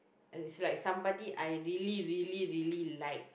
it's some somebody I really really really like